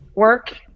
Work